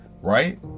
right